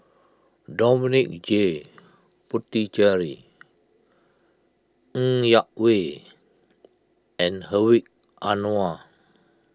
Dominic J Puthucheary Ng Yak Whee and Hedwig Anuar